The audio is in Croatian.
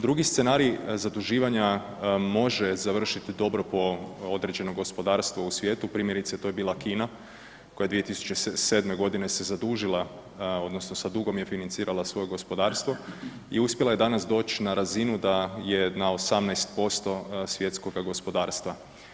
Drugi scenarij zaduživanja može završiti dobro po određenom gospodarstvu u svijetu, primjerice, to je bila Kina koja je 2007. g. se zadužila, odnosno sa dugom je financirala svoje gospodarstvo, i uspjela je danas doći na razinu da je na 18% svjetskoga gospodarstva.